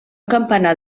campanar